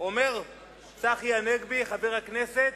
אומר צחי הנגבי, חבר הכנסת,